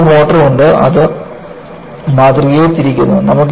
നമുക്ക് ഒരു മോട്ടോർ ഉണ്ട് അത് മാതൃകയെ തിരിക്കുന്നു